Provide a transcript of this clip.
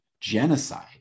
genocide